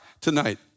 tonight